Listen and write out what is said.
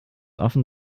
often